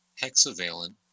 hexavalent